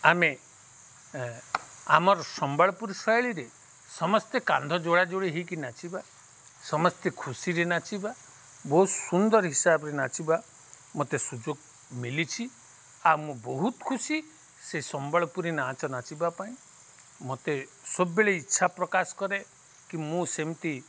ଆମେ ଆମର୍ ସମ୍ବଲପୁରୀ ଶୈଳୀରେ ସମସ୍ତେ କାନ୍ଧ ଯୋଡ଼ା ଯୋଡ଼ି ହେଇକି ନାଚିବା ସମସ୍ତେ ଖୁସିରେ ନାଚିବା ବହୁତ ସୁନ୍ଦର ହିସାବରେ ନାଚିବା ମତେ ସୁଯୋଗ ମିଳିଛି ଆଉ ମୁଁ ବହୁତ ଖୁସି ସେ ସମ୍ବଲପୁରୀ ନାଚ ନାଚିବା ପାଇଁ ମତେ ସବୁବେଳେ ଇଚ୍ଛା ପ୍ରକାଶ କରେ କି ମୁଁ ସେମିତି